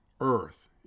earth